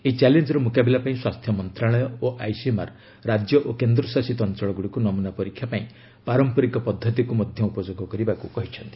ଏହି ଚ୍ୟାଲେଞ୍ଜର ମୁକାବିଲା ପାଇଁ ସ୍ୱାସ୍ଥ୍ୟ ମନ୍ତ୍ରଣାଳୟ ଓ ଆଇସିଏମ୍ଆର୍ ରାଜ୍ୟ ଓ କେନ୍ଦ୍ର ଶାସିତ ଅଞ୍ଚଳଗୁଡ଼ିକୁ ନମୁନା ପରୀକ୍ଷା ପାଇଁ ପାରମ୍ପରିକ ପଦ୍ଧତିକୁ ମଧ୍ୟ ଉପଯୋଗ କରିବାକୁ କହିଛନ୍ତି